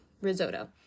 risotto